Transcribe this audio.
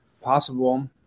Possible